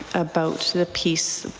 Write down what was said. about the piece,